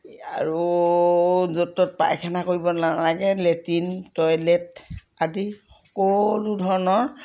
আৰু য'ত ত'ত পায়খানা কৰিব নালাগে লেট্ৰিন টয়লেট আদি সকলো ধৰণৰ